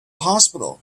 hospital